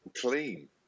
clean